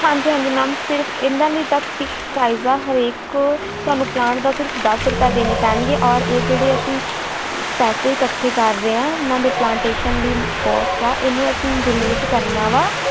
ਹਾਂਜੀ ਹਾਂਜੀ ਮੈਮ ਸਿਰਫ ਇਹਨਾਂ ਲਈ ਤਾਂ ਠੀਕ ਪ੍ਰਾਈਜ਼ ਆ ਹਰੇਕ ਤੁਹਾਨੂੰ ਪਲਾਂਟ ਦਾ ਸਿਰਫ ਦਸ ਰੁਪਏ ਦੇਣੇ ਪੈਣਗੇ ਔਰ ਇਹ ਜਿਹੜੇ ਅਸੀਂ ਪੈਸੇ ਇਕੱਠੇ ਕਰ ਰਹੇ ਹਾਂ ਇਹਨਾਂ ਦੇ ਪਲਾਂਟੇਸ਼ਨ ਦੀ ਕੋਸਟ ਆ ਇਹਨੂੰ ਅਸੀਂ ਡੋਨੇਟ ਕਰਨਾ ਵਾ